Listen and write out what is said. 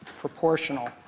proportional